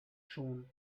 schon